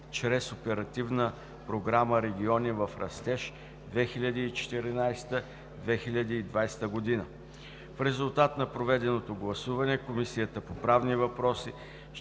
чрез Оперативна програма „Региони в растеж“ 2014 – 2020 г. В резултат на проведеното гласуване Комисията по правни въпроси